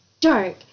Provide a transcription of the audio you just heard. dark